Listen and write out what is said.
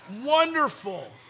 Wonderful